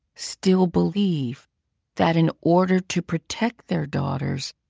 still believe that in order to protect their daughters,